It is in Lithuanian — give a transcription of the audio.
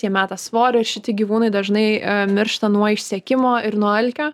jie meta svorį šitie gyvūnai dažnai miršta nuo išsekimo ir nuo alkio